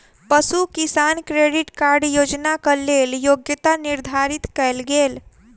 पशु किसान credit card योजनाक लेल योग्यता निर्धारित कयल गेल